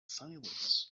silence